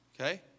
Okay